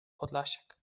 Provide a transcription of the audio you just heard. podlasiak